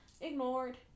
Ignored